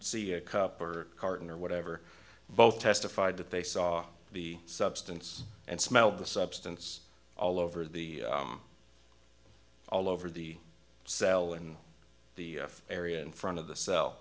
see a cup or carton or whatever both testified that they saw the substance and smelled the substance all over the all over the cell in the area in front of the cell